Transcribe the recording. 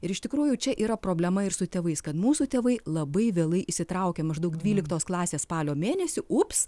ir iš tikrųjų čia yra problema ir su tėvais kad mūsų tėvai labai vėlai įsitraukia maždaug dvyliktos klasės spalio mėnesį ups